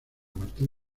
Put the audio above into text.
martín